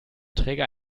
träger